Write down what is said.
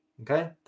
Okay